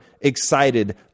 excited